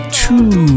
two